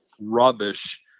rubbish